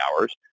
hours